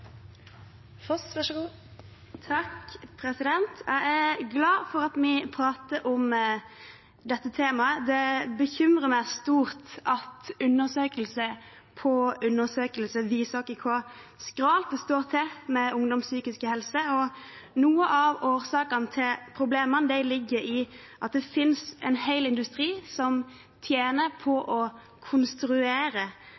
Jeg er glad for at vi prater om dette temaet. Det bekymrer meg stort at undersøkelse på undersøkelse viser hvor skralt det står til med ungdoms psykiske helse. Noe av årsaken til problemene ligger i at det finnes en hel industri som tjener